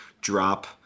drop